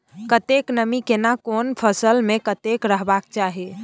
कतेक नमी केना कोन फसल मे कतेक रहबाक चाही?